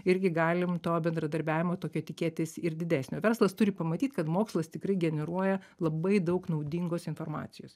irgi galim to bendradarbiavimo tokio tikėtis ir didesnio verslas turi pamatyt kad mokslas tikrai generuoja labai daug naudingos informacijos